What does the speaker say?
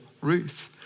Ruth